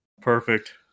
Perfect